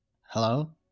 Hello